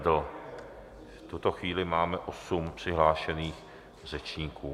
V tuto chvíli máme osm přihlášených řečníků.